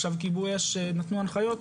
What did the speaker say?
עכשיו כיבוי אש נתנו הנחיות,